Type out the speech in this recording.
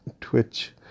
Twitch